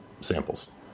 samples